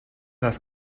las